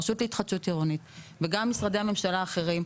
הרשות להתחדשות עירונית וגם משרדי הממשלה האחרים,